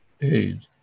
aid